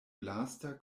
lasta